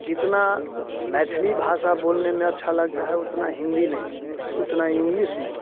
जितना मैथिली भाषा बोलने में अच्छा लगता है उतना हिंदी नहीं उनता इंग्लिश नहीं